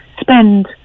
spend